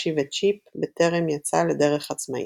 באשי וצ'יפ, בטרם יצא לדרך עצמאית.